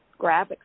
graphics